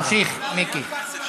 תמשיך, מיקי.